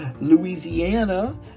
Louisiana